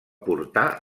portar